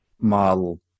model